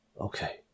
Okay